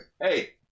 hey